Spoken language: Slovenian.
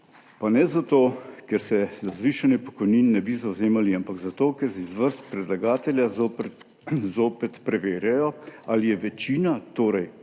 pa ne zato, ker se za zvišanje pokojnin ne bi zavzemali, ampak zato, ker iz vrst predlagatelja zopet preverjajo, ali je večina, torej